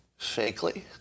fakely